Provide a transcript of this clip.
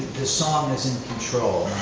the song is in control,